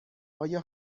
آیا